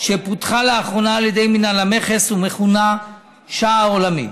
שפותחה לאחרונה על ידי מינהל המכס ומכונה שער עולמי.